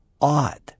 odd